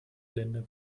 länder